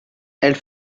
elle